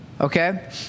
Okay